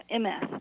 MS